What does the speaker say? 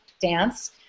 dance